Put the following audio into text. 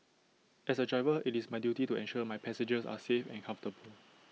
as A driver IT is my duty to ensure my passengers are safe and comfortable